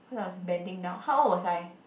cause I was bending down how old was I